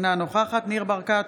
אינה נוכחת ניר ברקת,